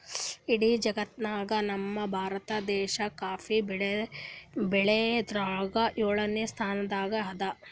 ಇಡೀ ಜಗತ್ತ್ನಾಗೆ ನಮ್ ಭಾರತ ದೇಶ್ ಕಾಫಿ ಬೆಳಿ ಬೆಳ್ಯಾದ್ರಾಗ್ ಯೋಳನೆ ಸ್ತಾನದಾಗ್ ಅದಾ